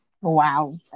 Wow